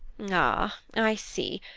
ah, i see.